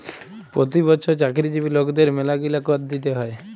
পতি বচ্ছর চাকরিজীবি লকদের ম্যালাগিলা কর দিতে হ্যয়